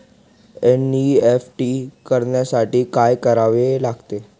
NEFT करण्यासाठी काय करावे लागते?